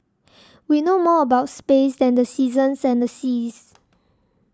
we know more about space than the seasons and the seas